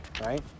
right